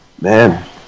Man